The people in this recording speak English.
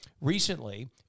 recently